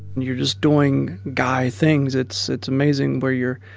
you're just doing guy things it's it's amazing where you're